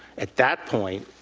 at that point,